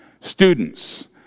Students